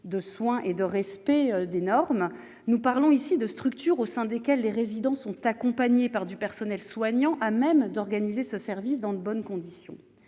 de soins et de respect des normes. Nous parlons ici de structures dans lesquelles les résidants sont accompagnés par du personnel soignant à même d'organiser ce service dans de bonnes conditions.